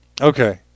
Okay